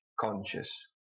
conscious